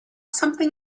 something